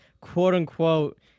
quote-unquote